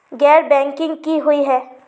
गैर बैंकिंग की हुई है?